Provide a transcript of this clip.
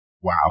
Wow